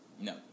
No